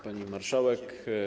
Pani Marszałek!